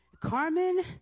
Carmen